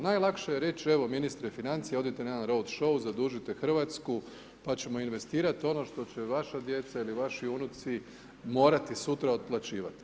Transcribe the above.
Najlakše je reći, evo ministre financija odite na jedan road show, zadužite Hrvatsku pa ćemo investirati ono što će vaša djeca ili vaši unuci morati sutra otplaćivati.